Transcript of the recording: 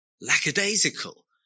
lackadaisical